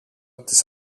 τις